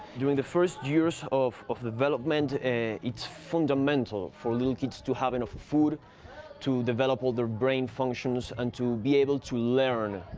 during the first years of of development, it's fundamental for little kids to have enough food to develop all their brain functions and to be able to learn,